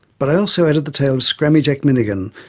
but i also added the tale of scrammy jack mineghan,